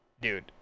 dude